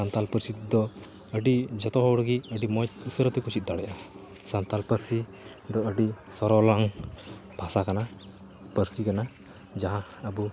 ᱥᱟᱱᱛᱟᱲ ᱯᱟᱹᱨᱥᱤᱛᱮ ᱫᱚ ᱟᱹᱰᱤ ᱡᱚᱛᱚ ᱦᱚᱲᱜᱮ ᱟᱹᱰᱤ ᱢᱚᱡᱽ ᱩᱥᱟᱹᱨᱟᱛᱮ ᱠᱚ ᱪᱮᱫ ᱫᱟᱲᱮᱭᱟᱜᱼᱟ ᱥᱟᱱᱛᱟᱲ ᱯᱟᱹᱨᱥᱤ ᱫᱚ ᱟᱹᱰᱤ ᱥᱚᱨᱚᱞᱼᱟᱱ ᱵᱷᱟᱥᱟ ᱠᱟᱱᱟ ᱯᱟᱹᱨᱥᱤ ᱠᱟᱱᱟ ᱡᱟᱦᱟᱸ ᱟᱵᱚ